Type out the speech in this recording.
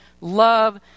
Love